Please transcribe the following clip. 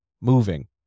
Moving